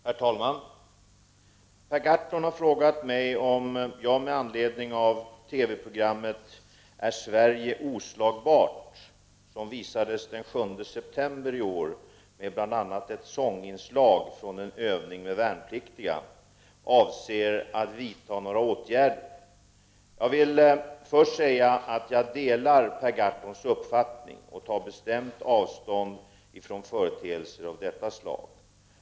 Herr talman! Per Gahrton har frågat mig om jag avser att vidta några åtgärder med anledning av TV-programmet Sverige är oslagbart, vilket visades den 7 september i år och innehöll bl.a. ett sånginslag från en övning med värnpliktiga. Jag vill först säga att jag delar Per Gahrtons uppfattning och bestämt tar avstånd från företeelser av detta slag.